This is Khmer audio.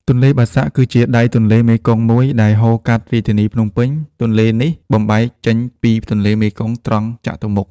ទន្លេបាសាក់ គឺជាដៃទន្លេមេគង្គមួយដែលហូរកាត់រាជធានីភ្នំពេញ។ ទន្លេនេះបំបែកចេញពីទន្លេមេគង្គត្រង់ចតុមុខ។